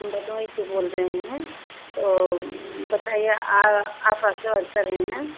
भदोही से बोल रही हूँ मैम बताइए आपका कहाँ से बात कर ही हैं मैम